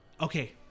okay